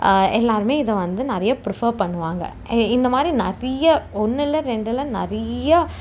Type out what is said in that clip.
எல்லோருமே இதை வந்து நிறையா பிரிஃபெர் பண்ணுவாங்க இந்த மாதிரி நிறைய ஒன்று இல்லை ரெண்டு இல்லை நிறைய